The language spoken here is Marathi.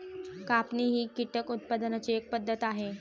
कापणी ही कीटक उत्पादनाची एक पद्धत आहे